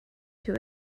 too